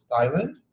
Thailand